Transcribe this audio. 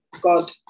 God